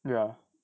ya